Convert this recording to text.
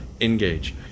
engage